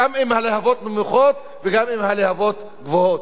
גם אם הלהבות נמוכות וגם אם הלהבות גבוהות.